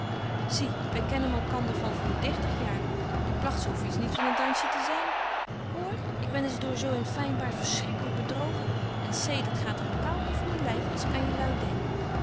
zie wy kennen malkander van voor dertig jaar je plagt zo vies niet van een dansje te zyn hoor ik ben eens door zo een fynbaart schrikkelyk bedrogen en zedert gaat er een kou over myn lyf als ik aan je lui denk